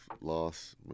loss